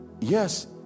yes